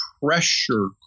pressure